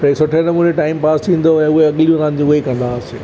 हे सुठे नमूने time pass थींदो उहे अगिलियूं रांदियूं उहे ई कंदा हुआसीं